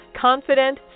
Confident